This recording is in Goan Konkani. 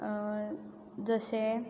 जशें